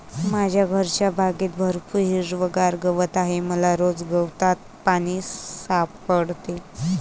माझ्या घरच्या बागेत भरपूर हिरवागार गवत आहे मला रोज गवतात पाणी सापडते